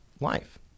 life